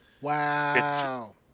Wow